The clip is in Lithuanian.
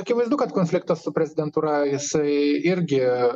akivaizdu kad konfliktas su prezidentūra jisai irgi